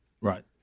Right